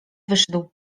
wyszedł